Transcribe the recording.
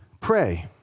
pray